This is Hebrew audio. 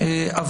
האמת אין ויכוח.